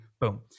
boom